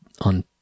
on